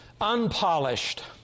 unpolished